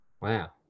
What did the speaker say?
Wow